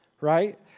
right